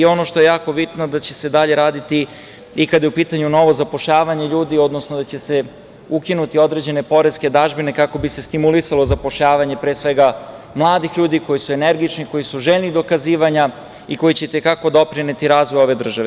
I ono što je jako bitno, da će se dalje raditi i kada je u pitanju novo zapošljavanje ljudi, odnosno da će se ukinuti određene poreske dažbine kako bi se stimulisalo zapošljavanje, pre svega, mladih ljudi koji su energični, koji su željni dokazivanja i koji će itekako doprineti razvoju ove države.